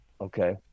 Okay